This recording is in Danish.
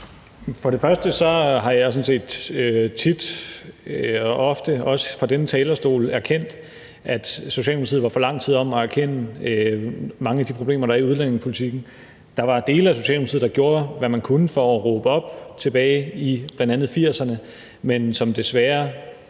(S): Jeg har sådan set tit og ofte, også fra denne talerstol, erkendt, at Socialdemokratiet var for lang tid om at erkende mange af de problemer, der er i udlændingepolitikken. Der var dele af Socialdemokratiet, der gjorde, hvad man kunne for at råbe op tilbage i bl.a. 1980'erne, men som desværre